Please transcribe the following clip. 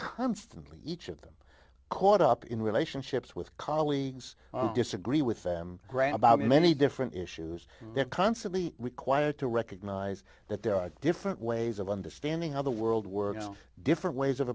constantly each of them caught up in relationships with colleagues disagree with them grabau many different issues they're constantly required to recognize that there are different ways of understanding how the world works different ways of